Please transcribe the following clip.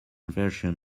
version